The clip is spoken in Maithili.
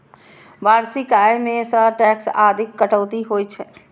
वार्षिक आय मे सं टैक्स आदिक कटौती होइ छै